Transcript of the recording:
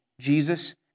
Jesus